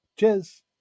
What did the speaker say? Cheers